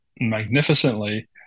magnificently